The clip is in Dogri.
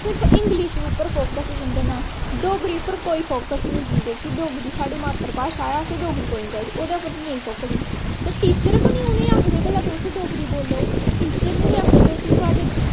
सिर्फ इंग्लिश उप्पर फोक्स दिंदे न डोगरी उप्पर कोई फोक्स निं दिंदे कि डोगरी साढ़ी मात्तर भाशा ऐ असें डोगरी बोलनी चाहिदी ओह्दे उप्पर नेईं फोक्स ते टीचर बी निं आखदे उ'नें गी भला डोगरी बोलो टीचर बी निं आखदे तुस